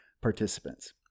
participants